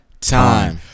time